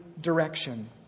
direction